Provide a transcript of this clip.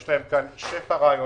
יש להם פה שפע רעיונות